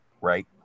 right